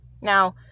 Now